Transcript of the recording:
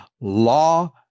law